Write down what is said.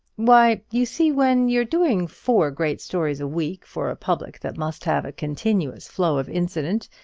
why, you see, when you're doing four great stories a week for a public that must have a continuous flow of incident,